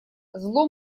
зло